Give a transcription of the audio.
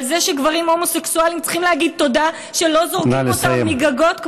על זה שגברים הומוסקסואלים צריכים להגיד תודה שלא זורקים אותם מגגות,